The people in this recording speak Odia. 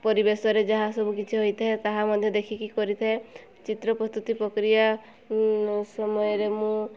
ପରିବେଶରେ ଯାହା ସବୁ କିଛି ହୋଇଥାଏ ତାହା ମଧ୍ୟ ଦେଖିକି କରିଥାଏ ଚିତ୍ର ପ୍ରସ୍ତୁତି ପକ୍ରିୟା ସମୟରେ ମୁଁ